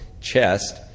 chest